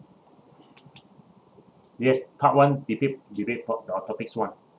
yes part one debate debate top uh topics one